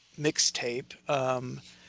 mixtape